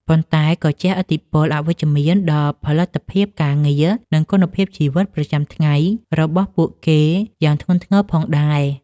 ប៉ុន្តែក៏ជះឥទ្ធិពលអវិជ្ជមានដល់ផលិតភាពការងារ និងគុណភាពជីវិតប្រចាំថ្ងៃរបស់ពួកគេយ៉ាងធ្ងន់ធ្ងរផងដែរ។